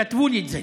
כתבו לי את זה.